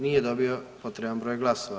Nije dobio potreban broj glasova.